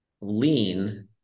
lean